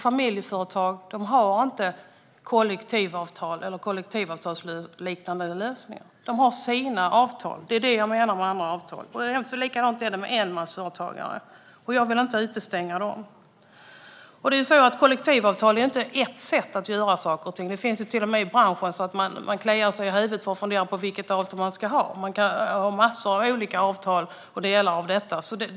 Familjeföretag har inte kollektivavtal eller kollektivavtalsliknande lösningar. De har sina avtal. Det är det jag menar med andra avtal. Likadant är det med enmansföretag. Jag vill inte utestänga dem. Det är också så att kollektivavtal inte är ett sätt att göra saker och ting. Det förekommer i branschen att man kliar sig i huvudet och funderar på vilket avtal man ska ha. Man kan ha massor av olika avtal och delar av detta.